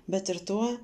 bet ir tuo